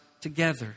together